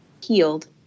healed